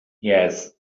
yes